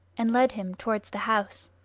and led him towards the house.